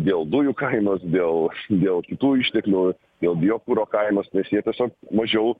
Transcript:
dėl dujų kainos dėl dėl kitų išteklių dėl biokuro kainos nes jie tiesio mažiau